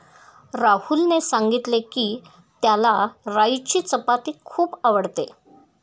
राहुलने सांगितले की, त्याला राईची चपाती खूप आवडते